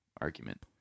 argument